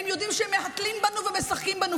הם יודעים שהם מהתלים בנו ומשחקים בנו,